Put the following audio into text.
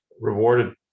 rewarded